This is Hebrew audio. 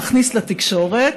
נכניס לתקשורת,